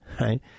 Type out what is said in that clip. right